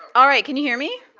all right. can you hear me?